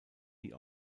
die